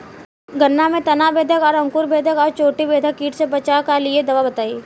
गन्ना में तना बेधक और अंकुर बेधक और चोटी बेधक कीट से बचाव कालिए दवा बताई?